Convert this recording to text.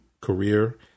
career